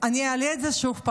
אני אעלה את זה שוב,